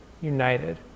united